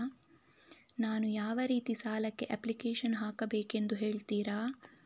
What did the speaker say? ನಾನು ಯಾವ ರೀತಿ ಸಾಲಕ್ಕೆ ಅಪ್ಲಿಕೇಶನ್ ಹಾಕಬೇಕೆಂದು ಹೇಳ್ತಿರಾ?